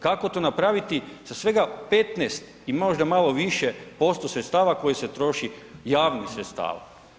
Kako to napraviti sa svega 15 i možda malo više posto sredstava koje se troše, javnih sredstava?